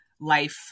life